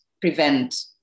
prevent